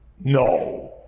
no